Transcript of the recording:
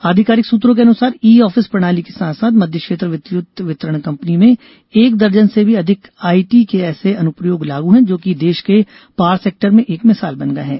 आधिकारिक सूत्रों के अनुसार ई ऑफिस प्रणाली के साथ साथ मध्य क्षेत्र विद्युत वितरण कंपनी में एक दर्जन से भी अधिक आईटी के ऐसे अनुप्रयोग लागू हैं जो कि देश के पॉवर सेक्टर में एक मिसाल बन गए हैं